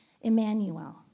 Emmanuel